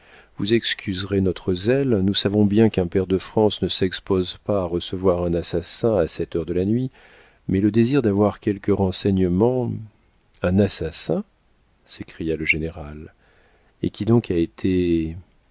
vous excuserez notre zèle nous savons bien qu'un pair de france ne s'expose pas à recevoir un assassin à cette heure de la nuit mais le désir d'avoir quelques renseignements un assassin s'écria le général et qui donc a été